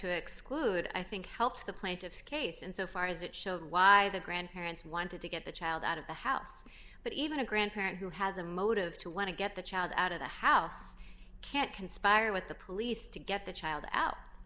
to exclude i think helps the plaintiff's case and so far as it shows why the grandparents wanted to get the child out of the house but even a grandparent who has a motive to want to get the child out of the house can't conspire with the police to get the child out